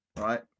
right